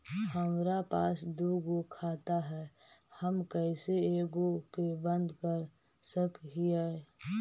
हमरा पास दु गो खाता हैं, हम कैसे एगो के बंद कर सक हिय?